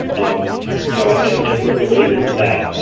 um you know, and related to that.